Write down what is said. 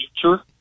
future